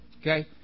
Okay